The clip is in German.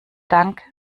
dank